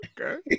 Okay